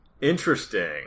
Interesting